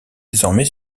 désormais